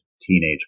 teenage